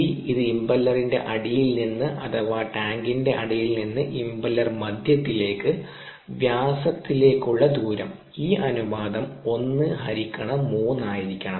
C ഇത് ഇംപെല്ലറിന്റെ അടിയിൽ നിന്ന് അഥവാ ടാങ്കിന്റെ അടിയിൽ നിന്ന് ഇംപെല്ലർ മധ്യത്തിലേക്ക് വ്യാസത്തിലേക്കുള്ള ദൂരം ഈ അനുപാതം 1 ഹരിക്കണം 3 ആയിരിക്കണം